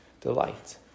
delight